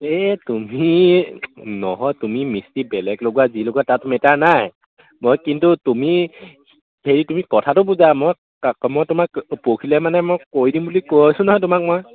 এই তুমি নহয় তুমি মিস্ত্ৰী বেলেগ লগোৱা যি লগোৱা তাত মেটাৰ নাই মই কিন্তু তুমি হেৰি তুমি কথাটো বুজা মই মই তোমাক পৰহিলৈ মানে মই কৈ দিম বুলি কৈ আছোঁ নহয় তোমাক মই